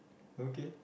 okay